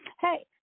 Hey